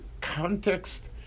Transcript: context